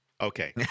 Okay